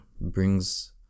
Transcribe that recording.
brings